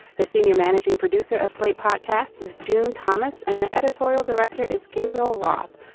the senior managing producer of slate podcasts is june thomas and the editorial director is gabriel roth.